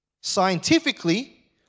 Scientifically